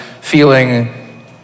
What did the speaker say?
feeling